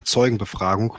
zeugenbefragung